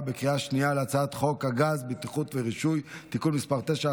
בקריאה שנייה על הצעת חוק הגז (בטיחות ורישוי) (תיקון מס' 9),